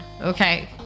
okay